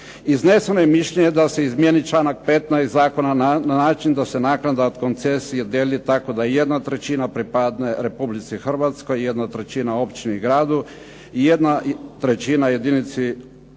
Izneseno je mišljenje da se izmijeni članak 15. zakona na način da se naknada od koncesije dijeli tako da jedna trećina pripadne Republici Hrvatskoj, jedna trećina općini i gradu i jedna trećina jedinici područne